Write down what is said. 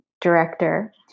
director